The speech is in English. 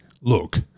look